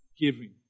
giving